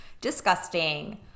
disgusting